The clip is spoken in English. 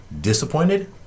disappointed